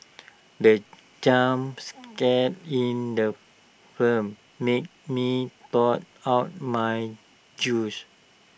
the jump scare in the firm made me dough out my juice